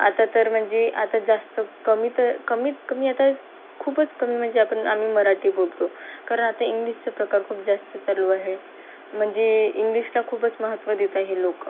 आता तर म्हणजे आता जास्त कमीत कमीत कमी आता खूपच कमी म्हणजे आपण आम्ही मराठी बोलतो कारण आता इंग्लिशचं प्रकार खूप जास्त चालू आहे म्हणजे इंग्लिशला खूपच महत्त्व देत आहे लोकं